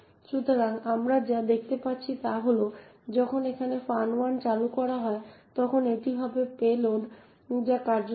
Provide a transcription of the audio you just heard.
সুতরাং আমরা যা দেখতে পাচ্ছি তা হল যে যখন এখানে fun1 চালু করা হয় তখন এটি হবে পেলোড যা কার্যকর হয়